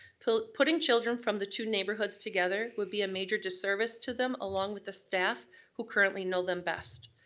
putting putting children from the two neighborhoods together would be a major disservice to them along with the staff who currently know them best.